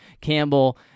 Campbell